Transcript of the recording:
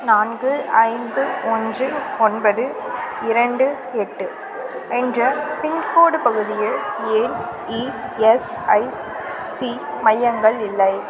நான்கு ஐந்து ஒன்று ஒன்பது இரண்டு எட்டு என்ற பின்கோடு பகுதியில் ஏன் இஎஸ்ஐசி மையங்கள் இல்லை